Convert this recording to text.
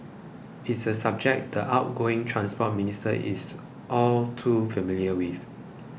it is a subject the outgoing Transport Minister is all too familiar with